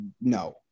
no